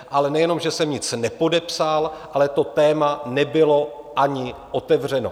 Ale nejenom že jsem nic nepodepsal, ale to téma nebylo ani otevřeno.